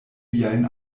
viajn